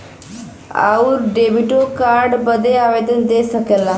आउर डेबिटो कार्ड बदे आवेदन दे सकला